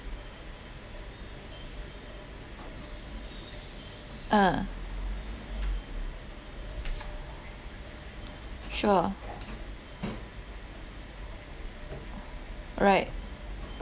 uh sure right